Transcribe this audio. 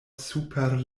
super